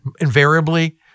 Invariably-